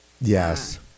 Yes